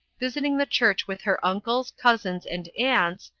visiting the church with her uncles, cousins, and aunts,